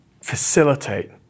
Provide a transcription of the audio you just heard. facilitate